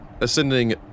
ascending